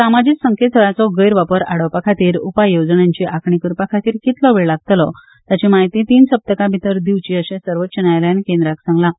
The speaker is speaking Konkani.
समाजीक संकेतथळांचो गैरवापर आडावपा खातीरच्या उपाय येवजण्यांची आंखणी करपा खातीर कितलो वेळ लागतलो ताची माहिती तीन सप्तकां भितर दिवची अशें सर्वोच्च न्यायालयान केंद्राक सांगलां